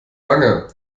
lange